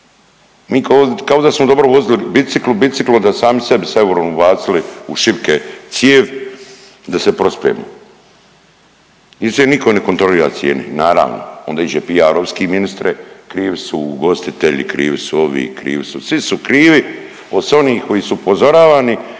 Mi kao da smo dobro vozili biciklu, biciklo da sami sebi s eurom ubacili u šipke cijev da se prospemo. Mislim nitko ne kontrolira cijene, naravno, onda iđe PR-ovski, ministre, krivi su ugostitelji, krivi su ovi, krivi su, svi su krivi s onih koji su upozoravani,